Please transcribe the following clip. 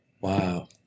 Wow